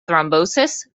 thrombosis